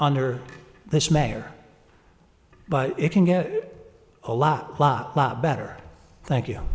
under this mayor but it can get a lot lot lot better thank you